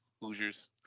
Hoosiers